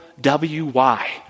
W-Y